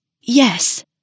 Yes